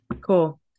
cool